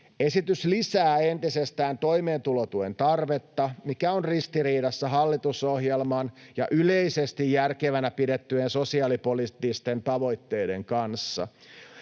Esitys lisää entisestään toimeentulotuen tarvetta, mikä on ristiriidassa hallitusohjelman ja yleisesti järkevinä pidettyjen sosiaalipoliittisten tavoitteiden kanssa.